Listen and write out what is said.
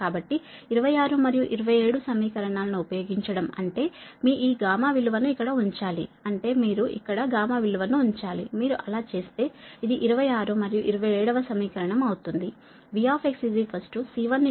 కాబట్టి 26 మరియు 27 సమీకరణాలను ఉపయోగించడం అంటే మీ ఈ విలువ ను ఇక్కడ ఉంచాలి అంటే మీరు ఇక్కడ విలువ ను ఉంచాలి మీరు అలా చేస్తే అది 26 మరియు 27 వ సమీకరణం అవుతుంది